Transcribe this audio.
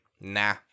nah